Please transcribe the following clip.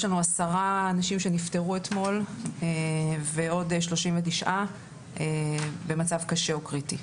יש לנו עשרה אנשים שנפטרו אתמול ועוד 39 במצב קשה או קריטי.